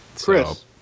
Chris